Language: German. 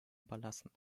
überlassen